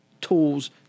tools